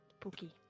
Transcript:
Pookie